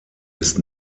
ist